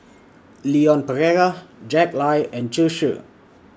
Leon Perera Jack Lai and Zhu Xu